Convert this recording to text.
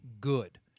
good